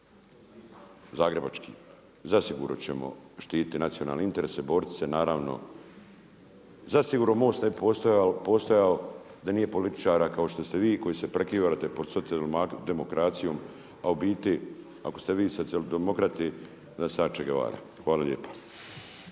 zagrebački. Zasigurno ćemo štiti nacionalne interese, boriti se naravno. Zasigurno MOST ne bi postojao da nije političara kao što ste vi koji se prekrivate pod socijalnom demokracijom a u biti ako ste vi socijaldemokrati onda sam ja Che Guevara. Hvala lijepa.